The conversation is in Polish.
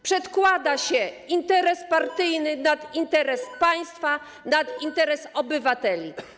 Przedkłada się interes partyjny nad interes państwa, nad interes obywateli.